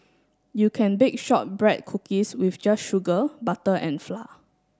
you can bake shortbread cookies with just sugar butter and flour